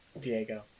diego